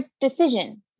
decision